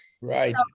Right